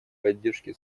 поддержки